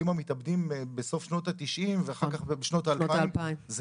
המתאבדים בסוף שנות ה-90 ואחר כך בשנות ה-2000,